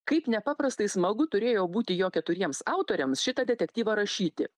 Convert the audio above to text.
kaip nepaprastai smagu turėjo būti jo keturiems autoriams šitą detektyvą rašyti